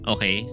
Okay